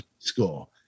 School